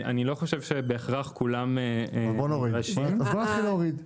אני לא חושב שבהכרח כולם -- אז בוא נתחיל להוריד.